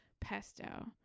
pesto